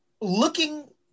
looking